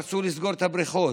רצו לסגור את הבריכות.